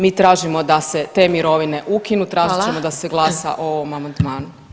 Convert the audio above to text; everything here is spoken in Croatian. Mi tražimo da se te mirovine ukinu [[Upadica: Hvala.]] tražit ćemo da se glasa o ovom amandmanu.